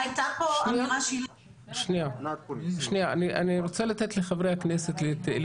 התהליך הזה לא אמור להפחית סמכויות של אנשים ושל